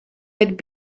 had